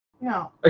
No